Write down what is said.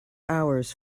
hours